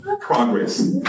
progress